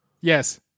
Yes